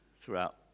throughout